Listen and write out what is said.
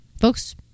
Folks